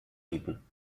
bieten